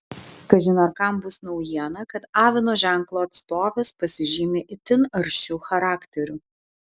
kažin ar kam bus naujiena kad avino ženklo atstovės pasižymi itin aršiu charakteriu